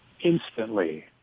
instantly